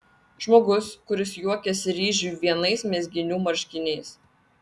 žmogus kuris juokiasi ryžiui vienais mezginių marškiniais